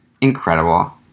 incredible